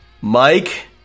Mike